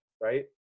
right